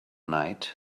night